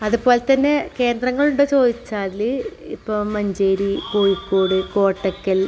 അതുപോലെ തന്നെ കേന്ദ്രങ്ങളുടെ ചോദിച്ചാൽ ഇപ്പം മഞ്ചേരി കോഴിക്കോട് കോട്ടയ്ക്കൽ